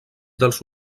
dels